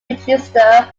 register